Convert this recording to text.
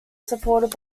supported